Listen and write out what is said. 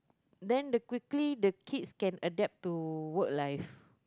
then the quickly the kids can adapt to work life